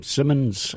Simmons